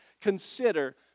consider